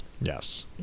yes